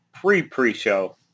pre-pre-show